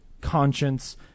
conscience